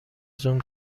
زوم